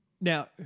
Now